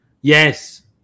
yes